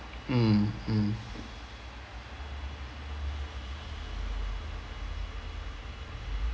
mm mm